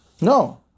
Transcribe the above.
No